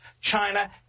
China